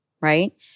right